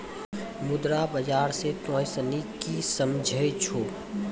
मुद्रा बाजार से तोंय सनि की समझै छौं?